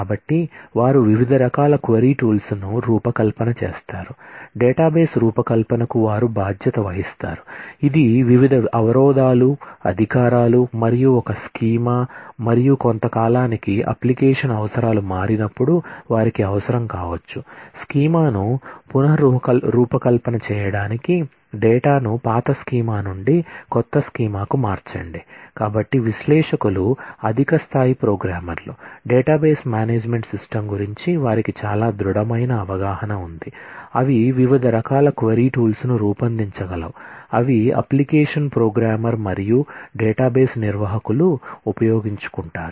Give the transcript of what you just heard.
కాబట్టి వారు వివిధ రకాల క్వరీ టూల్స్ మరియు డేటాబేస్ నిర్వాహకులు ఉపయోగించుకుంటారు